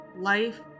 life